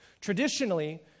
Traditionally